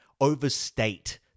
overstate